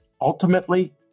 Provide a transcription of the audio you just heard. Ultimately